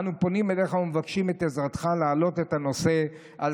אנו פונים אליך ומבקשים את עזרתך להעלות את הנושא על